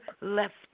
left